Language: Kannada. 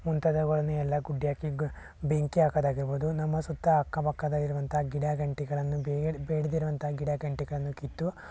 ಮುಂತಾದವುಗಳನ್ನೆಲ್ಲ ಗುಡ್ಡೆ ಹಾಕಿ ಬೆಂಕಿ ಹಾಕೋದು ಆಗಿರ್ಬೋದು ನಮ್ಮ ಸುತ್ತ ಅಕ್ಕ ಪಕ್ಕದಲ್ಲಿರುವಂತಹ ಗಿಡ ಗಂಟಿಗಳನ್ನು ಬೇಡದಿರುವಂಥ ಗಿಡ ಗಂಟಿಗಳನ್ನು ಕಿತ್ತು